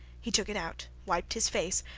he took it out, wiped his face,